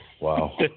Wow